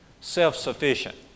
self-sufficient